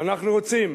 ואנחנו רוצים